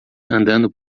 andando